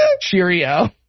cheerio